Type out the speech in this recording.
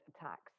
attacks